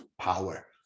power